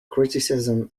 criticism